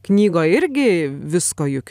knygoj irgi visko juk